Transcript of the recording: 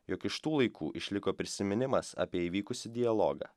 jog iš tų laikų išliko prisiminimas apie įvykusį dialogą